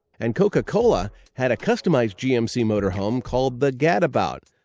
and coca-cola had a customized gmc motorhome called the gadabout,